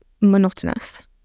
monotonous